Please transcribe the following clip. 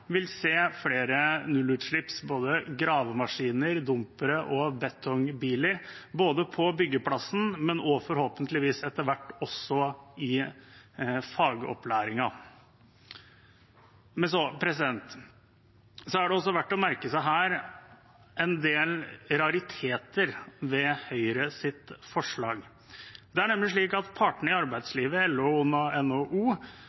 betongbiler ikke bare på byggeplassen, men forhåpentligvis etter hvert også i fagopplæringen. Det er også verdt å merke seg en del rariteter ved Høyres forslag. Det er nemlig slik at partene i